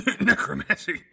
necromancy